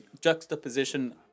juxtaposition